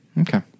Okay